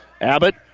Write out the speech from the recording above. Abbott